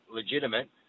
legitimate